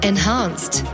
Enhanced